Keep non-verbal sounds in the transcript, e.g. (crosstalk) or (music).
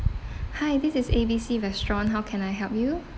(breath) hi this is A B C restaurant how can I help you